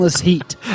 Heat